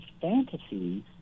fantasies